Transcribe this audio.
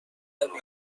کارمون